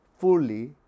fully